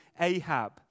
Ahab